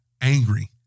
Angry